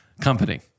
company